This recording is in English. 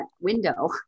window